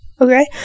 okay